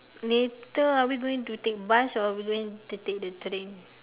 later are we going to take bus or are we going to take the train